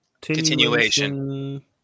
continuation